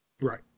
Right